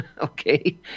Okay